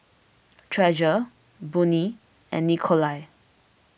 Treasure Boone and Nikolai